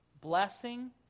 blessing